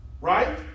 Right